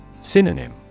Synonym